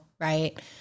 right